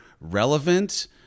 relevant